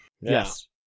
Yes